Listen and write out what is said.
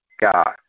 God